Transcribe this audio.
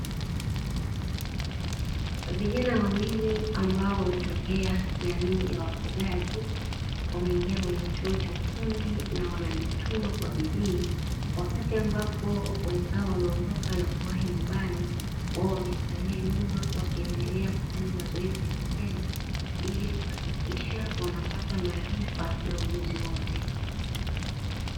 Vijana wawili ambao wametokea jamii ya wafugaji, wameingia kwenye chuo cha ufundi na wanajituma kwa bidii. Wakati ambapo wenzao wameondoka na kuwahi nyumbani, wao wamesalia nyuma wakiendelea kufanya mazoezi ya vitendo ili kuhakikisha wanapata maarifa na ujuzi wote.